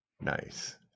Nice